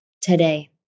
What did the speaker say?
today